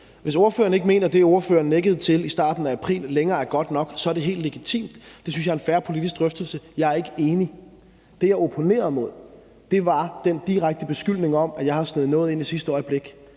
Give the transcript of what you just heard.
Hvis ordføreren ikke længere mener, at det, han nikkede til i starten af april, er godt nok, så er det helt legitimt. Det synes jeg er en fair politisk drøftelse. Jeg er ikke enig. Men det, jeg opponerer imod, er den direkte beskyldning om, at jeg har sneget noget ind i sidste øjeblik.